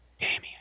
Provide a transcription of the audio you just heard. Damien